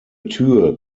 tür